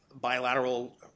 bilateral